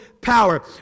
power